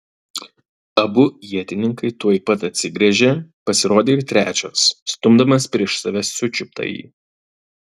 abu ietininkai tuoj pat atsigręžė pasirodė ir trečias stumdamas prieš save sučiuptąjį